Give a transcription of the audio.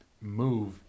move